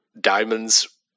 diamonds